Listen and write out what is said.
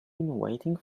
waiting